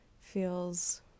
Feels